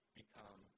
become